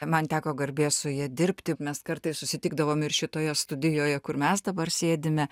man teko garbė su ja dirbti mes kartais susitikdavom ir šitoje studijoje kur mes dabar sėdime